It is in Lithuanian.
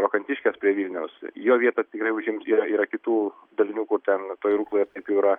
rokantiškes prie vilniaus jo vietą tikrai užims yra yra kitų dalinių kur ten toj rukloj ir taip jau yra